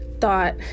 thought